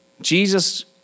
Jesus